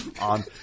on